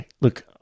Look